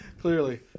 Clearly